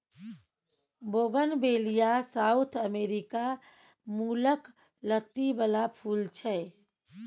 bougainvillea south America मुलक लत्ती बला फुल छै